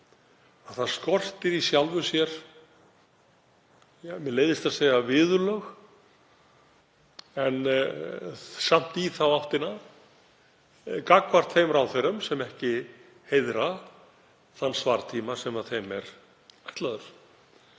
að það skortir í sjálfu sér, mér leiðist að segja viðurlög en samt í þá áttina gagnvart þeim ráðherrum sem ekki heiðra þann svartíma sem þeim er ætlaður.